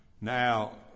Now